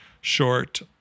short